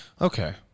Okay